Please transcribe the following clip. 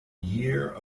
year